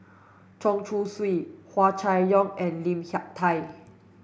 Chen Chong Swee Hua Chai Yong and Lim Hak Tai